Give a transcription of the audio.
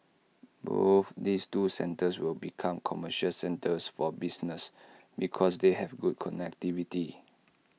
both these two centres will become commercial centres for business because they have good connectivity